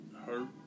hurt